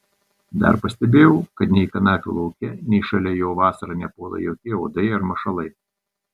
dar pastebėjau kad nei kanapių lauke nei šalia jo vasarą nepuola jokie uodai ar mašalai